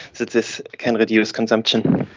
that this can reduce consumption.